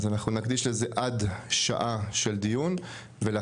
אז אנחנו נקדיש לזה עד שעה של דיון ולאחר,